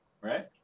Right